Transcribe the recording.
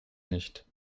nicht